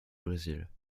brésil